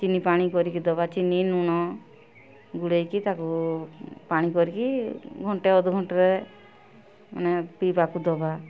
ଚିନିପାଣି କରିକି ଦେବା ଚିନି ଲୁଣ ଗୋଳେଇକି ତାକୁ ପାଣି କରିକି ଘଣ୍ଟେ ଅଧଘଣ୍ଟେରେ ମାନେ ପିଇବାକୁ ଦେବା